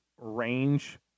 range